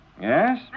Yes